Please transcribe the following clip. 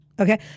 Okay